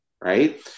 right